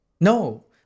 no